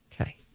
Okay